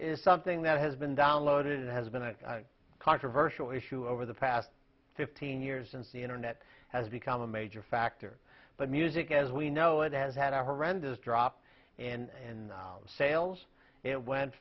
is something that has been downloaded it has been a controversial issue over the past fifteen years since the internet has become a major factor but music as we know it has had a horrendous drop in sales it went